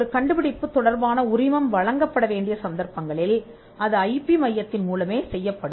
ஒரு கண்டுபிடிப்பு தொடர்பான உரிமம் வழங்கப்பட வேண்டிய சந்தர்ப்பங்களில் அது ஐபி மையத்தின் மூலமே செய்யப்படும்